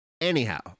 Anyhow